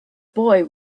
boy